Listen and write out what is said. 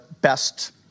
best